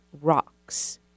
rocks